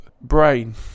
brain